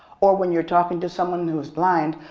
or when you're talking to someone who is blind,